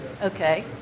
Okay